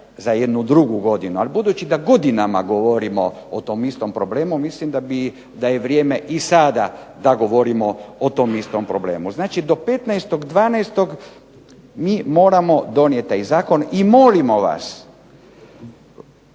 za jednu drugu godinu, ali budući da godinama govorimo o tom istom problemu mislim da je vrijeme i sada da govorimo o tom istom problemu. Znači, do 15.12. mi moramo donijeti taj zakon i molimo vas